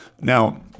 Now